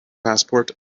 passport